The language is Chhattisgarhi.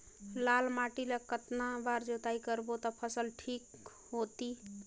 लाल माटी ला कतना बार जुताई करबो ता फसल ठीक होती?